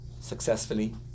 successfully